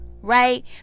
Right